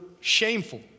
shameful